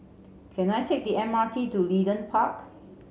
can I take the M R T to Leedon Park